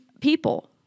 people